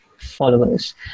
followers